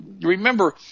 Remember